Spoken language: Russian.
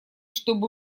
чтобы